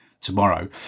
tomorrow